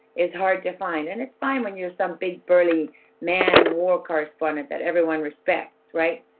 is hard to find. and it's fine when you're some big burly man, war correspondent that everyone respects, right?